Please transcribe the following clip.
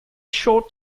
short